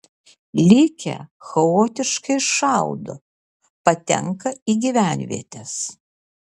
likę chaotiškai šaudo patenka į gyvenvietes